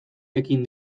ekin